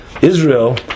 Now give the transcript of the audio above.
Israel